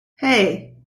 hey